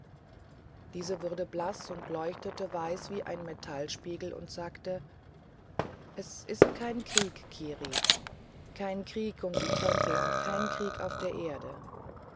dieses wurde blaß und leuchtete weiß wie ein metallspiegel und sagte es ist kein krieg kiri kein krieg um die tempel und kein krieg auf der erde